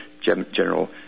General